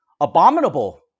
abominable